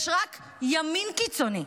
יש רק ימין קיצוני.